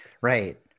right